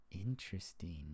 Interesting